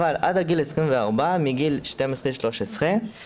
עד גיל 24, מגיל 12 13 פשוט